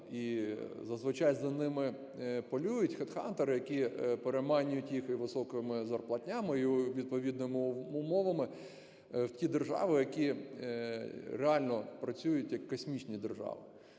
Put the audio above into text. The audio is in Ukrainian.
І зазвичай за ними полюють хедхантери, які переманюють їх і високими зарплатнями, і відповідними умовами в ті держави, які реально працюють як космічні держави.